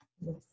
Yes